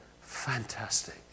Fantastic